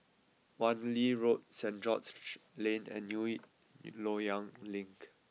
Wan Lee Road St George's Lane and New Loyang Link